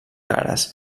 cares